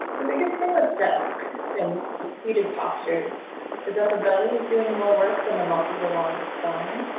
the biggest thing with desk and seated postures is at the belly. is doing more work than the muscles along the spine.